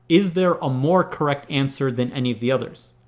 is there a more correct answer than any of the others?